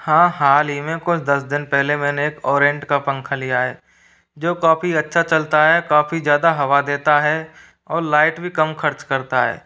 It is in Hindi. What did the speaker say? हाँ हाल ही में कुछ दस दिन पहले मैंने एक ओरेएंट का पंखा लिया है जो काफ़ी अच्छा चलता है काफ़ी ज़्यादा हवा देता है और लाइट भी कम खर्च करता है